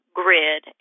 grid